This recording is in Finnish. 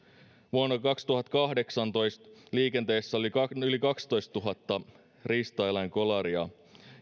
vuonna kaksituhattakahdeksantoista liikenteessä oli yli kaksitoistatuhatta riistaeläinkolaria